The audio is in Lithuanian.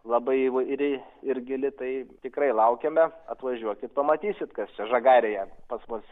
labai įvairi ir gili tai tikrai laukiame atvažiuokit pamatysit kas čia žagarėje pas mus